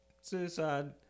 suicide